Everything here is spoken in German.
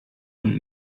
und